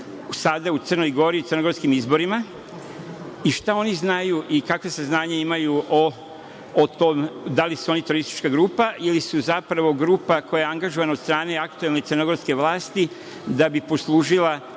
sada u Crnoj Gori i crnogorskim izborima i šta oni znaju, kakva saznanja imaju o tome da li su oni teroristička grupa ili su zapravo grupa koja je angažovana od strane aktuelne crnogorske vlasti da bi poslužila